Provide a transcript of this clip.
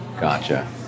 Gotcha